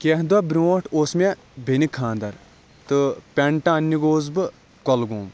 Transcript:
کیٚنٛہہ دوہ برٛونٛٹھ اوس مےٚ بیٚنہِ خانٛدَر تہٕ پیٚنٹ اَننہِ گووَس بہٕ کۅلگوم